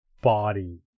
body